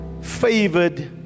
favored